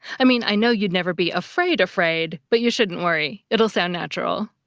i mean, i know you'd never be afraid-afraid, but you shouldn't worry. it'll sound natural.